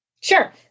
Sure